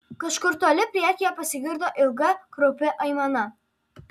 kažkur toli priekyje pasigirdo ilga kraupi aimana